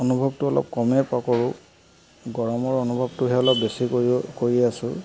অনুভৱটো অলপ কমে কৰোঁ গৰমৰ অনুভৱটোহে অলপ বেছি কৰি কৰি আছোঁ